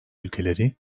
ülkeleri